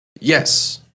Yes